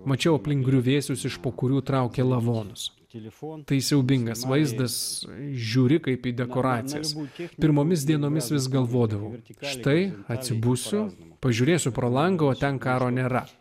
mačiau aplink griuvėsius iš po kurių traukė lavonus keli frontai siaubingas vaizdas žiūri kaip dekoracijas moki pirmomis dienomis vis galvodavau ir tik štai atsibusiu pažiūrėsiu pro langą o ten karo nėra